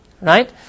Right